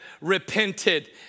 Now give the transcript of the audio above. repented